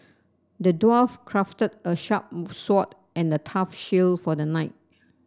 the dwarf crafted a sharp sword and a tough shield for the knight